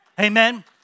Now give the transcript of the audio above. Amen